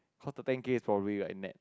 how to bang it for real like net